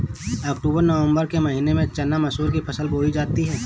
अक्टूबर नवम्बर के महीना में चना मसूर की फसल बोई जाती है?